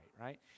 right